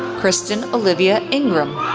kristen olivia ingram,